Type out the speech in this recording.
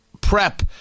prep